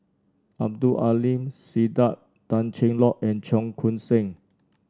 Abdul Aleem Siddique Tan Cheng Lock and Cheong Koon Seng